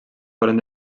foren